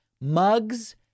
mugs